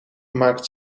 maakt